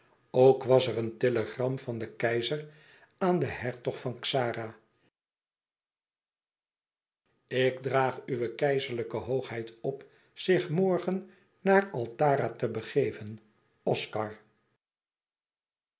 ook was er een telegram van den keizer aan den hertog van xara ik draag uwe keizerlijke hoogheid op zich morgen naar altara te begeven oscar